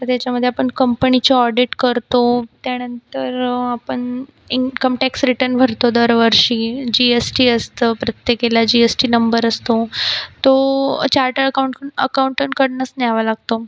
तर त्याच्यामधे आपण कंपनीचे ऑडिट करतो त्यानंतर आपन इन्कम टॅक्स रिटर्न भरतो दरवर्षी जी एस टी असतं प्रत्येक याला जी एस टी नंबर असतो तो चार्टर अकाऊंटं अकाऊंटंटकडनंच न्यावा लागतो